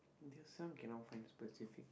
there's some cannot find specific